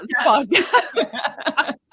Podcast